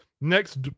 next